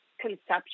conception